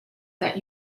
that